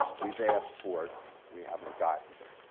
we've asked for we haven't gotten it.